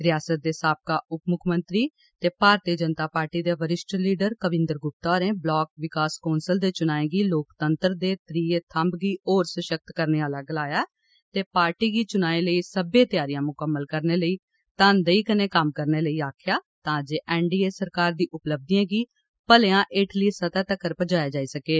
रिआसत दे साबका उपमुक्खमंत्री ते भाजपा दे वरिष्ठ लीडर कविन्दर गुप्ता होरें ब्लाक विकास कौंसल दे चुनाएं गी लोकतंत्र दे त्रीयै थम्ब गी होर सशक्त करने आला गलाया ते पार्टी गी चुनाएं लेई सब्बै तैआरियां मुकम्मल करने लेई घनदेई कन्नै कम्म करने लेई आक्खेआ तां जे एनडीए सरकार दी उपलब्धिएं गी भलेयां हेठली सतह् तगर पजाया जाई सकैं